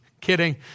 kidding